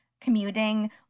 commuting